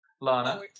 Lana